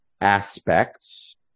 aspects